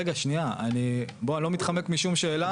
רגע שניה, אני לא מתחמק משום שאלה.